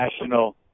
National